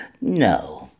No